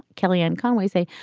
kellyanne conway say,